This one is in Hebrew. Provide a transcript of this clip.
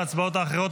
ההצבעות האחרות,